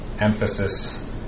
emphasis